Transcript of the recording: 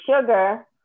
sugar